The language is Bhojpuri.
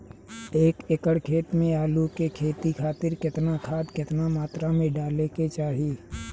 एक एकड़ खेत मे आलू के खेती खातिर केतना खाद केतना मात्रा मे डाले के चाही?